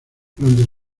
durante